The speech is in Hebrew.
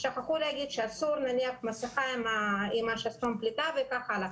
שכחו להגיד שאסור נניח מסכה עם שסתום פליטה וכך הלאה.